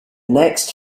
next